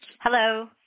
Hello